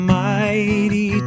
mighty